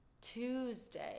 Tuesday